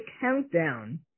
countdown